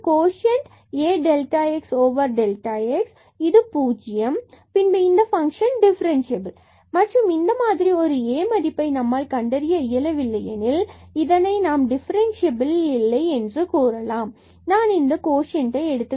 இந்த quotient dy is Ax over x ஆகும் இது பூஜ்ஜியம் பின்பு இந்த ஃபங்சன் டிஃபரன்ஸ்சியபில் மற்றும் இந்த மாதிரி ஒரு A மதிப்பை நம்மால் கண்டறிய இயலவில்லை எனில் இதனை நாம் டிஃபரன்ஸ்சியபில் இல்லை என்று கூறலாம் நான் இந்த கோசன்டை y Axx